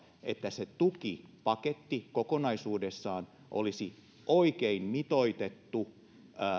että se tukipaketti kokonaisuudessaan olisi oikein mitoitettu